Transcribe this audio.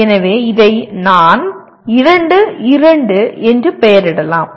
எனவே இதை நான் 2 2 என்று பெயரிடலாம்